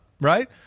right